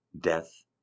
Death